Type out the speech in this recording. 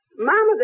Mama